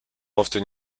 often